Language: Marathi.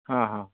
हा हा